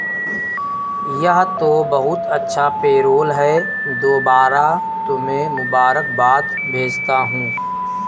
यह तो बहुत अच्छा पेरोल है दोबारा तुम्हें मुबारकबाद भेजता हूं